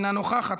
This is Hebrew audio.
אינה נוכחת,